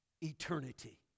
eternity